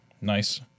nice